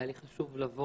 חשוב היה לי לבוא